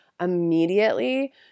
immediately